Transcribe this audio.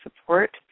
support